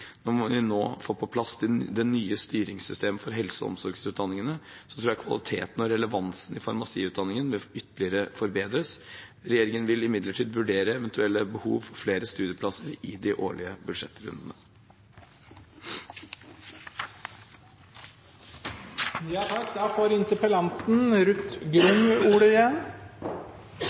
vi nå får på plass det nye styringssystemet for helse- og omsorgsutdanningene, tror jeg kvaliteten og relevansen i farmasiutdanningen vil ytterligere forbedres. Regjeringen vil imidlertid vurdere eventuelle behov for flere studieplasser i de årlige budsjettrundene.